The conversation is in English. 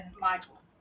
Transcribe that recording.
Michael